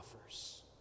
offers